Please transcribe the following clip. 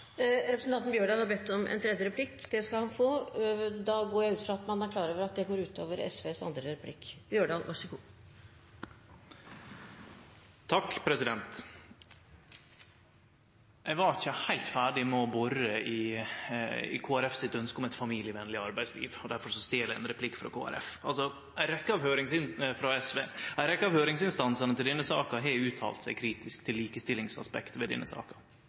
Representanten Holen Bjørdal har bedt om en tredje replikk. Det skal han få. Da går jeg ut fra at han er klar over at det går ut over SVs andre replikk. Eg var ikkje heilt ferdig med å bore i ønsket Kristeleg Folkeparti har om eit familievennleg arbeidsliv, og difor stel eg ein replikk frå SV. Ei rekkje av høyringsinstansane til denne saka har uttalt seg kritisk til likestillingsaspektet ved